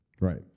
Right